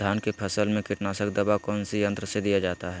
धान की फसल में कीटनाशक दवा कौन सी यंत्र से दिया जाता है?